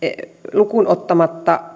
lukuun ottamatta